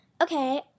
okay